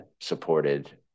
supported